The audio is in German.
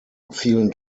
vielen